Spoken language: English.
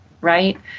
right